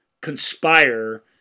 conspire